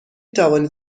توانید